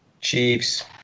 Chiefs